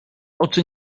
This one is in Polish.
oczy